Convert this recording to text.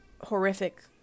horrific